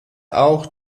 auch